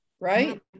right